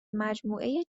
مجموعهی